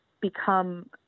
become